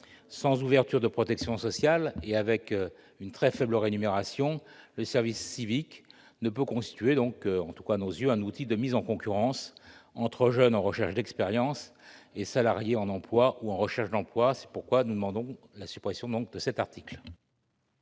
Sans ouverture de protection sociale et avec une très faible rémunération, le service civique ne peut constituer, en tout cas à nos yeux, un outil de mise en concurrence entre jeunes en recherche d'expérience et salariés en emploi ou en recherche d'emploi. C'est pourquoi nous demandons la suppression de cet article